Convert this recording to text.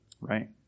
right